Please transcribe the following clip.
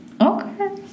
Okay